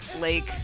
Lake